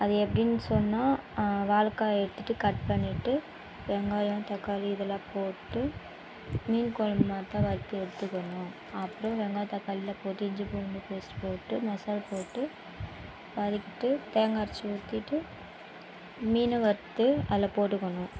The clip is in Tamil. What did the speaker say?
அது எப்படின்னு சொன்னால் வாழக்காயே எடுத்துட்டு கட் பண்ணிட்டு வெங்காயம் தக்காளி இதல்லாம் போட்டு மீன் கொழம்பு மாரிதான் வறுத்து எடுத்துக்கணும் அப்றம் வெங்காயம் தக்காளிலாம் போட்டு இஞ்சி பூண்டு பேஸ்ட்டு போட்டு மசாலா போட்டு வதக்கிட்டு தேங்காய் அரைச்சி ஊத்திட்டு மீனை வறுத்து அதில் போட்டுக்கணும்